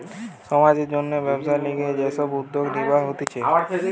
সমাজের জন্যে ব্যবসার লিগে যে সব উদ্যোগ নিবা হতিছে